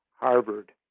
Harvard